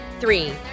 Three